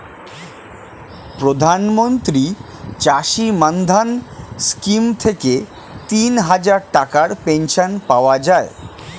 প্রধানমন্ত্রী চাষী মান্ধান স্কিম থেকে তিনহাজার টাকার পেনশন পাওয়া যায়